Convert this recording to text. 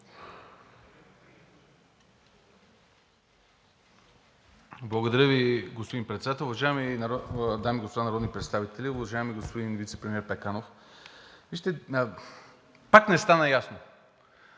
Благодаря Ви, господин Председател. Уважаеми дами и господа народни представители! Уважаеми господин вицепремиер Пеканов, пак не стана ясно.